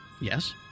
Yes